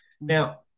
now